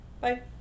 bye